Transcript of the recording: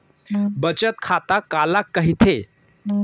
बचत खाता काला कहिथे?